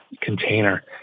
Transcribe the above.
container